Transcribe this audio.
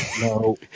no